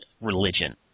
religion